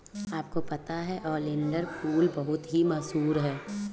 आपको पता है ओलियंडर फूल बहुत ही मशहूर है